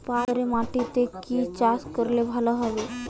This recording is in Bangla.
পাথরে মাটিতে কি চাষ করলে ভালো হবে?